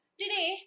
today